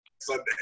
Sunday